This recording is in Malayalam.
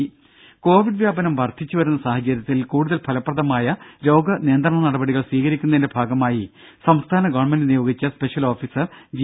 ദേദ കോവിഡ് വ്യാപനം വർധിച്ചു വരുന്ന സാഹചര്യത്തിൽ കൂടുതൽ ഫലപ്രദമായ രോഗനിയന്ത്രണ നടപടികൾ സ്വീകരിക്കുന്നതിന്റെ ഭാഗമായി സംസ്ഥാന ഗവൺമെന്റ് നിയോഗിച്ച സ്പെഷ്യൽ ഓഫീസർ ജി